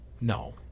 No